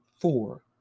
four